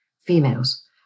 females